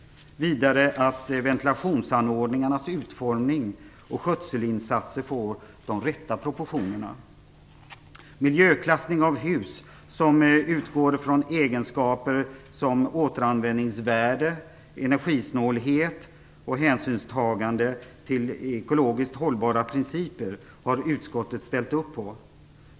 Vidare skall ventilationsanordningarnas utformning och skötselinsatserna få de rätta proportionerna. Utskottet har ställt upp på miljöklassning av hus som utgår från egenskaper som återanvändningsvärde, energisnålhet och hänsynstagande till ekologiskt hållbara principer.